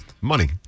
money